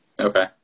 Okay